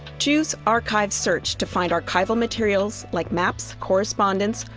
choose archives search to find archival materials like maps, correspondence,